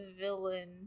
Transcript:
villain